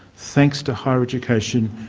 thanks to higher education,